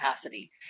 capacity